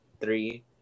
three